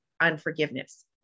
unforgiveness